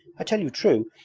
i tell you true!